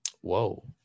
whoa